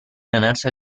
ganarse